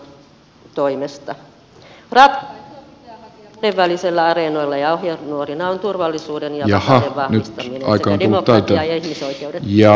ratkaisua pitää hakea maiden välisillä areenoilla ja ohjenuorina ovat turvallisuuden ja vakauden vahvistaminen sekä demokratia ja ihmisoikeudet